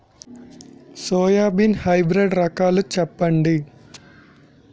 Soybean hybrid రకాలను చెప్పండి?